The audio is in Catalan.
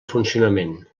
funcionament